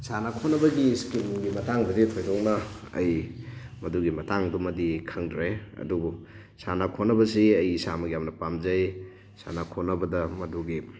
ꯁꯥꯟꯅ ꯈꯣꯠꯅꯕꯒꯤ ꯏꯁꯀꯤꯝꯒꯤ ꯃꯇꯥꯡꯗꯗꯤ ꯊꯣꯏꯗꯣꯛꯅ ꯑꯩ ꯃꯗꯨꯒꯤ ꯃꯇꯥꯡꯗꯨꯃꯗꯤ ꯈꯪꯗ꯭ꯔꯦ ꯑꯗꯨꯕꯨ ꯁꯥꯟꯅ ꯈꯣꯠꯅꯕꯁꯤ ꯑꯩ ꯏꯁꯥꯃꯛ ꯌꯥꯝꯅ ꯄꯥꯝꯖꯩ ꯁꯥꯟꯅ ꯈꯣꯠꯅꯕꯗ ꯃꯗꯨꯒꯤ